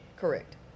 Correct